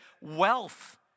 wealth